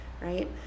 right